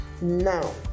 Now